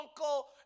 uncle